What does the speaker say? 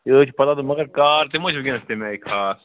مےٚ حظ چھُ پتاہ تہٕ مگر کار تہِ ما چھُ وُنکیٚس تَمہِ آیہِ خاص